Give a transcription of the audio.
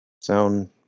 sound